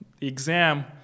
exam